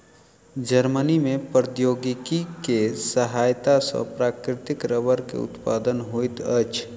Germany में प्रौद्योगिकी के सहायता सॅ प्राकृतिक रबड़ के उत्पादन होइत अछि